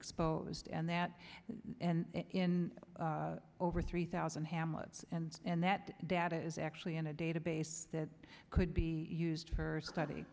exposed and that in over three thousand hamlets and and that data is actually in a database that could be used for study